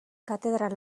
katedral